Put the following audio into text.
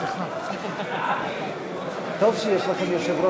סעיף 1 התקבל כנוסח הוועדה.